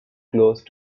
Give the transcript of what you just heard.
close